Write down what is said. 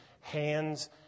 hands